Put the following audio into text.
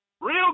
real